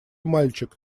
мальчик